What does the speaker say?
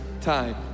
time